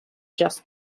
just